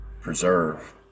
preserve